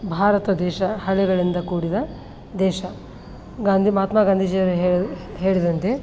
ಭಾರತ ದೇಶ ಹಳ್ಳಿಗಳಿಂದ ಕೂಡಿದ ದೇಶ ಗಾಂಧಿ ಮಹಾತ್ಮ ಗಾಂಧೀಜಿಯವರು ಹೇಳಿ ಹೇಳಿದಂತೆ